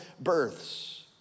births